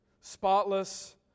spotless